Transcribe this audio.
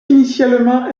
initialement